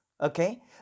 okay